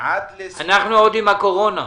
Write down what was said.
עד --- אנחנו עוד עם הקורונה.